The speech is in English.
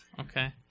Okay